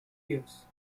years